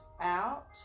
out